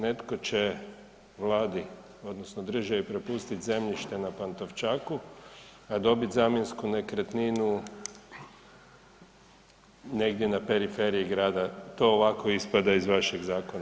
Netko će Vladi, odnosno državi prepustiti zemljište na Pantovčaku, a dobiti zamjensku nekretninu negdje na periferiji grada, to ovako ispada iz vašeg zakona.